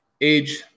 age